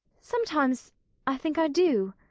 sometimes i think i do.